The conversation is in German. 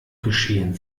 geschehen